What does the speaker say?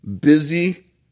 busy